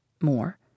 More